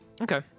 Okay